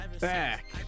back